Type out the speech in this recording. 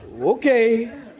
Okay